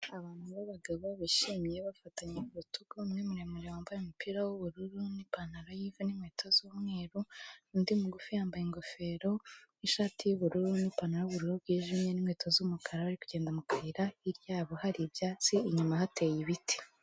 Abantu b'abagabo bishimye bafatanye ku rutugu, umwe muremure wambaye umupira w'ubururu, ipantaro y'ivu n'inkweto z'umweru, undi mugufi yambaye ingofero n'ishati y'ubururu, n'ipantaro y'ubururu bwijimye n'inkweto z'umukara, bari kugenda mu kayira, hirya yabo hari ibyatsi, inyuma hateye ibiti.